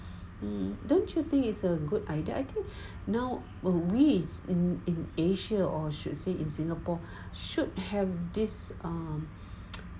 um don't you think it's a good idea I think now we in in asia or should say in singapore should have this um